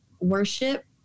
worship